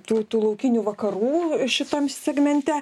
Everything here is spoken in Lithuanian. tų tų laukinių vakarų šitam segmente